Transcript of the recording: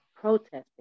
protesting